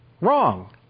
Wrong